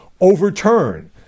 overturn